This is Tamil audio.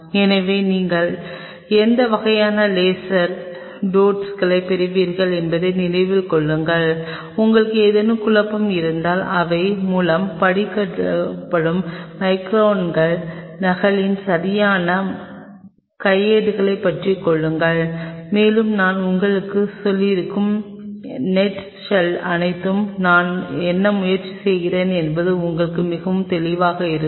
எனவே நீங்கள் எந்த வகையான லேசர் டையோட்களைப் பெறுகிறீர்கள் என்பதை நினைவில் கொள்ளுங்கள் உங்களுக்கு ஏதேனும் குழப்பம் இருந்தால் அவை மூலம் படிக்கப்படும் மைக்ரான் நகலில் சரியான கையேட்டைப் பற்றிக் கொள்ளுங்கள் மேலும் நான் உங்களுக்குச் சொல்லியிருக்கும் நட் ஷெல் அனைத்தும் நான் என்ன முயற்சி செய்கிறேன் என்பது உங்களுக்கு மிகவும் தெளிவாக இருக்கும்